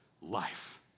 life